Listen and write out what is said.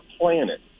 planet